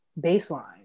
baseline